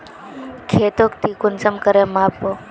खेतोक ती कुंसम करे माप बो?